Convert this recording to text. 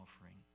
offering